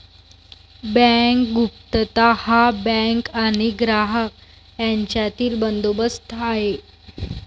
bank गुप्तता हा bank आणि ग्राहक यांच्यातील बंदोबस्त आहे